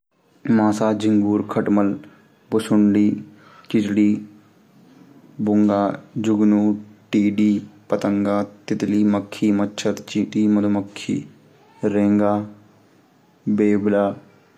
कीडों कू नाम- मकडी, मक्खी, मचछर, तिलचटा, चींटी, तितली, पंतगा, बीटल, मधुमक्खी।